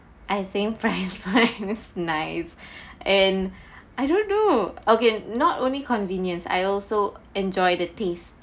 I think french fries is nice and I don't know okay not only convenience I also enjoy the taste